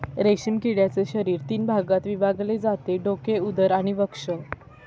रेशीम किड्याचे शरीर तीन भागात विभागले जाते डोके, उदर आणि वक्ष